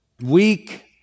weak